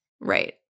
Right